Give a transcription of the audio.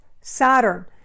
Saturn